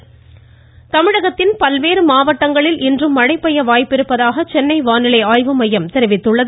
மனுழ தமிழகத்தின் பல்வேறு மாவட்டங்களில் இன்றும் மழை பெய்ய வாய்ப்பிருப்பதாக சென்னை வானிலை ஆய்வு மையம் தெரிவித்துள்ளது